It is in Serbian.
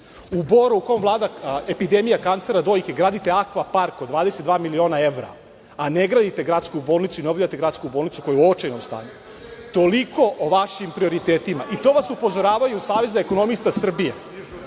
Boru, u kom vlada epidemija kancera dojke, gradite akvapark od 22 miliona evra, a ne gradite gradsku bolnicu i ne obnavljate gradsku bolnicu koja je u očajnom stanju. Toliko o vašim prioritetima. To vas upozoravaju iz Saveza ekonomista Srbije. Voleo